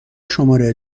شماره